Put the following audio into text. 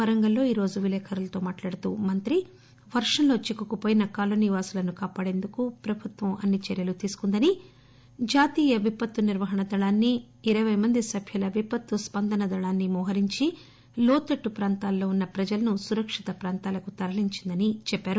వరంగల్లో ఈ రోజు విలేకరులతో మాట్లాడుతూ మంత్రి వర్షంలో చిక్కుకుపోయిన కాలనీ వాసులను కాపాడేందుకు పుభుత్వం అన్ని చర్యలు తీసుకుందని జాతీయ విపత్తు నిర్వహణ దళాన్సి ఇరవై మంది సభ్యుల విపత్తు స్పందన దళాన్సి మోహరించి లోతట్టు ప్రాంతాల్లో ఉన్న ప్రజలను సురక్షిత ప్రాంతాలకు తరలించిందని చెప్పారు